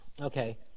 Okay